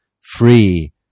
free